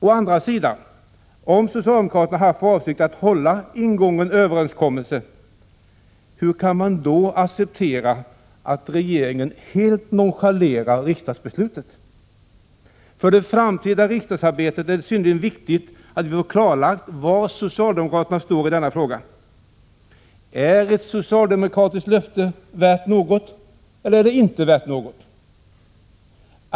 Om socialdemokraterna å andra sidan haft för avsikt att hålla ingången överenskommelse — hur kan man då acceptera att regeringen helt nonchalerar riksdagsbeslutet? För det framtida riksdagsarbetet är det synnerligen viktigt att vi får klarlagt var socialdemokraterna står i denna fråga. Är ett socialdemokratiskt löfte någonting värt eller inte?